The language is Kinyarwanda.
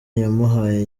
yamuhaye